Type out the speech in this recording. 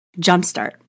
jumpstart